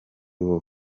wowe